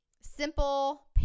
simple